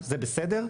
זה בסדר?